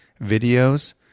videos